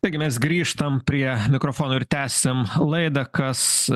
taigi mes grįžtam prie mikrofono ir tęsiam laidą kas